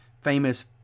famous